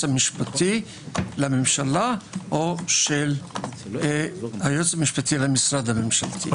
המשפטי לממשלה או של היועץ המשפטי למשרד הממשלתי.